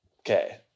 Okay